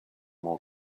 more